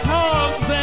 hugs